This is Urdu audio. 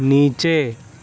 نیچے